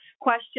question